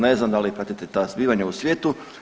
Ne znam da li pratite za zbivanja u svijetu?